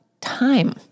time